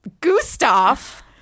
Gustav